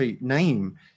name